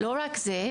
בנוסף,